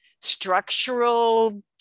structural